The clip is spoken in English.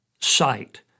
sight